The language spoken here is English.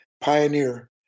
pioneer